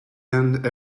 end